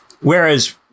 Whereas